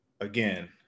again